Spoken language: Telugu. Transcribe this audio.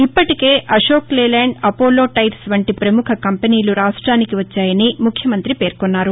ఇప్పటికే అశోక్ లేలాండ్ అపోలో టైర్స్ వంటి ప్రముఖ కంపెనీలు రాష్టానికి వచ్చాయని ముఖ్యమంత్రి పేర్కొన్నారు